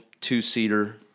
two-seater